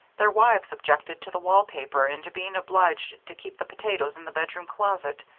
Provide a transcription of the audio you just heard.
their wives objected to the wall paper and to being obliged to keep the potatoes in the bedroom closet.